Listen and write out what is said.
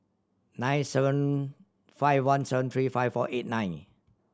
nine seven five one seven three five four eight nine